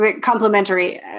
complementary